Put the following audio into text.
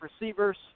receivers